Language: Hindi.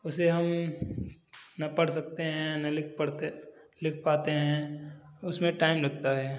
उसे हम ना पढ़ सकते हैं न लिख पढ़ते लिख पाते हैं उसमें टाइम लगता है